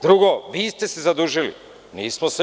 Drugo, vi ste se zadužili, nismo mi.